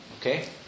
Okay